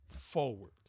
forward